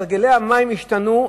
הרגלי צריכת המים השתנו,